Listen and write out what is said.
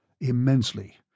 Immensely